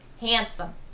Handsome